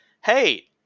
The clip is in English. Hey